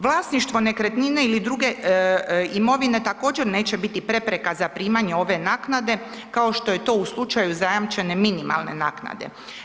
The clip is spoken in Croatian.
Vlasništvo nekretnine ili druge imovine također neće biti prepreka za primanje ove naknade, kao što je to u slučaju zajamčene minimalne naknade.